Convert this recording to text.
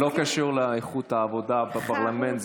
זה לא קשור לאיכות העבודה בפרלמנט.